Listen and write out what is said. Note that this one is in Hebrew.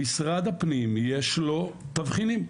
משרד הפנים יש לו תבחינים.